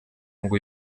ngo